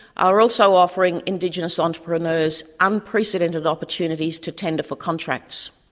are also offering indigenous entrepreneurs unprecedented opportunities to tender for contracts.